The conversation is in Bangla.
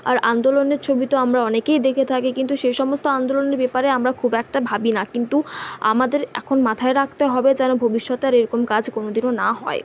আর আন্দোলনের ছবি তো আমরা অনেকেই দেখে থাকি কিন্তু সেই সমস্ত আন্দোলনের ব্যাপারে আমরা খুব একটা ভাবি না কিন্তু আমাদের এখন মাথায় রাখতে হবে যেন ভবিষ্যতে আর এরকম কাজ কোনোদিনও না হয়